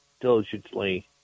diligently